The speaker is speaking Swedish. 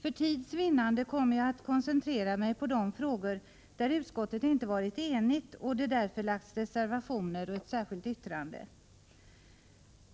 För tids vinnande kommer jag att koncentrera mig på de frågor där utskottet inte har varit enigt, varför det lagts fram reservationer och ett särskilt yttrande.